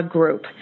Group